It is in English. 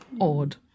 odd